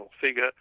figure